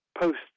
post